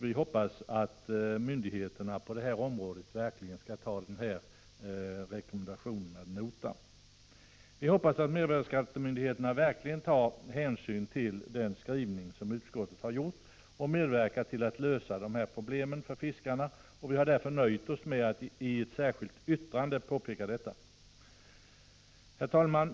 Vi hoppas att mervärdeskattemyndigheterna tar den rekommendationen ad notam och medverkar till att lösa de här problemen för fiskarna, och vi har därför nöjt oss med att i ett särskilt yttrande påpeka detta. Herr talman!